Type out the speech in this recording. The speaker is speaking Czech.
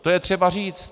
To je třeba říci.